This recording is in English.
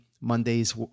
Mondays